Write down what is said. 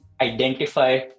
identify